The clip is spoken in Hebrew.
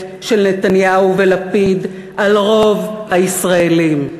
של נתניהו ולפיד על רוב הישראלים,